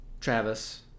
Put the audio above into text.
travis